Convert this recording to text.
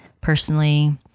personally